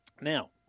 now